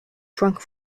drunk